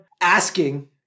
asking